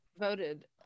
voted